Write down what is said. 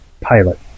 Pilot